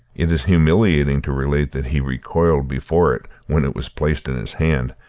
it is humiliating to relate that he recoiled before it when it was placed in his hand,